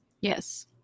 Yes